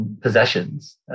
possessions